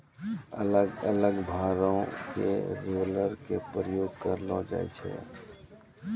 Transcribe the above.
अलग अलग भारो के रोलर के प्रयोग करलो जाय छै